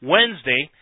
Wednesday